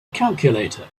calculator